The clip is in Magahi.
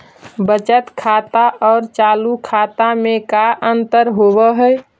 बचत खाता और चालु खाता में का अंतर होव हइ?